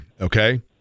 okay